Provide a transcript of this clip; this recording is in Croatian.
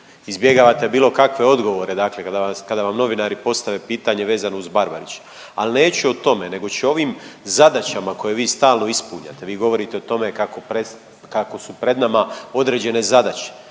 izbjegavate bilo kakve odgovore, dakle kada vam novinari postave pitanje vezano uz Barbarića. Ali neću o tome, nego ću o ovim zadaćama koje vi stalno ispunjate. Vi govorite o tome kako su pred nama određene zadaće.